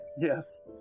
Yes